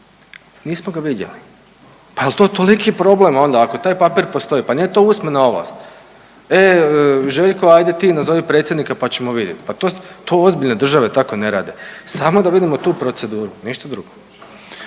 nismo ga vidjeli. Pa jel to toliki problem onda, ako taj papir postoji, pa nije to usmena ovlast, e Željko ajde ti nazovi predsjednika pa ćemo vidjet, pa to ozbiljne države tako ne rade. Samo da vidimo tu proceduru, ništa drugo.